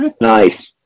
nice